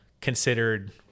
considered